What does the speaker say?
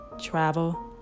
travel